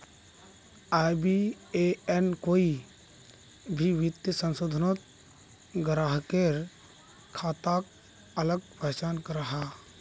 IBAN कोई भी वित्तिय संस्थानोत ग्राह्केर खाताक अलग पहचान कराहा